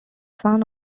son